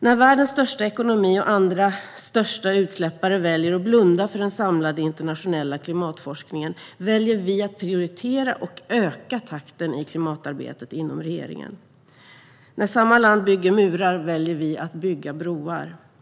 När världens största ekonomi och näst största utsläppare väljer att blunda för den samlade internationella klimatforskningen, väljer vi att prioritera och öka takten i klimatarbetet inom regeringen. När samma land bygger murar, väljer vi att bygga broar.